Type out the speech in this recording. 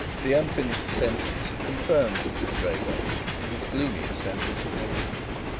the unfinished sentence confirmed mr. draycott in his gloomiest anticipations.